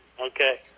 Okay